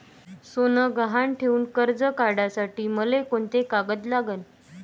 सोनं गहान ठेऊन कर्ज काढासाठी मले कोंते कागद लागन?